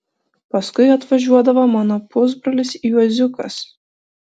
paskui atvažiuodavo mano pusbrolis juoziukas